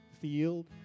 field